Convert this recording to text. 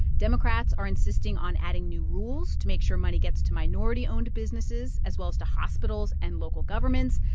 democrats are insisting on adding new rules to make sure money gets to minority-owned businesses, as well as to hospitals and local governments.